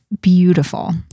beautiful